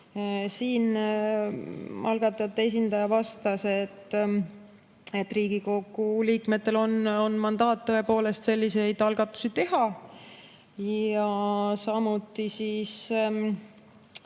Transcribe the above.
Algatajate esindaja vastas, et Riigikogu liikmetel on mandaat tõepoolest selliseid algatusi teha, ja samuti rääkis